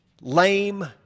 lame